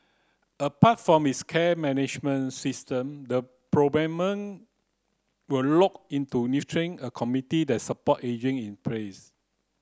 apart from its care management system the will lock into nurturing a community that support ageing in place